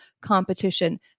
competition